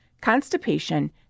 constipation